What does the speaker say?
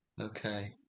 Okay